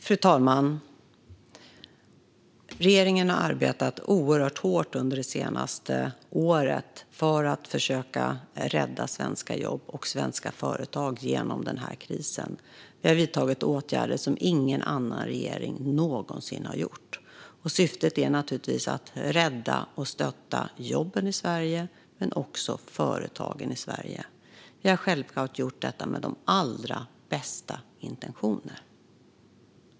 Fru talman! Regeringen har arbetat oerhört hårt under det senaste året för att försöka rädda svenska jobb och svenska företag genom den här krisen. Vi har vidtagit åtgärder som ingen annan regering någonsin har gjort. Syftet är naturligtvis att rädda och stötta jobben i Sverige men också företagen i Sverige. Vi har självklart gjort detta med de allra bästa intentioner.